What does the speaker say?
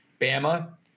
Bama